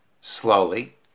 slowly